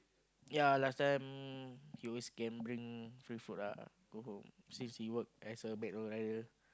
ya last time he always can bring free food ah go home since he work as a McDonald rider